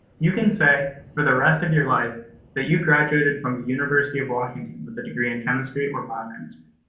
you can say for the rest of your life that you graduated from the university of washington with a degree in chemistry or biochemistry.